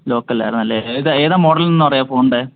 lock അല്ലായിരുന്നു അല്ലേ ഏതാ ഏതാ മോഡൽ എന്ന് പറയുമോ ഫോണിൻ്റെ